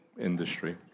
industry